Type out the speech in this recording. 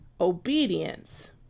obedience